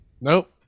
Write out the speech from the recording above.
Nope